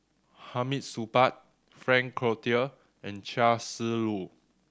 Hamid Supaat Frank Cloutier and Chia Shi Lu